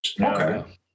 Okay